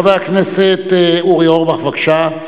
חבר הכנסת אורי אורבך, בבקשה.